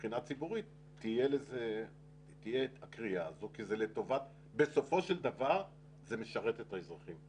שמבחינה ציבורית תהיה הקריאה הזו כי בסופו של דבר זה משרת את האזרחים,